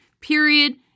period